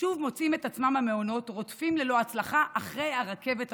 שוב מוצאים עצמם המעונות רודפים ללא הצלחה אחרי הרכבת הנוסעת.